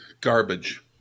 Garbage